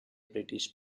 british